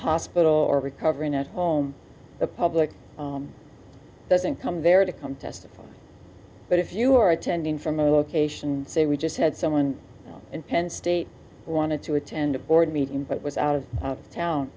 hospital or recovering at home the public doesn't come there to come testify but if you are attending from a location say we just had someone in penn state who wanted to attend a board meeting but was out of town